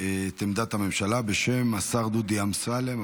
את עמדת הממשלה בשם השר דודי אמסלם,